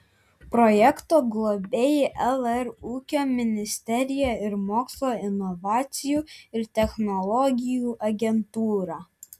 projekto globėjai lr ūkio ministerija ir mokslo inovacijų ir technologijų agentūra